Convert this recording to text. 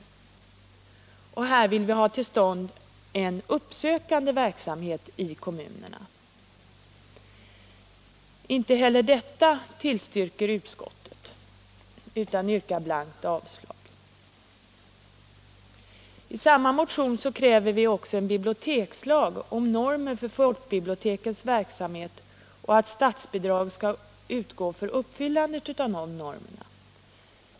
Vi vill därför på detta område få till stånd en uppsökande verksamhet i kommunerna. Inte heller det tillstyrker utskottet utan yrkar blankt avslag på motionen. I samma motion kräver vi också en bibliotekslag med normer för folkbibliotekens verksamhet och att statsbidrag skall utgå för uppfyllandet av de normerna.